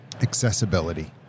accessibility